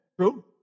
True